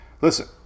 listen